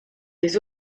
les